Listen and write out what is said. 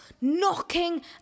knocking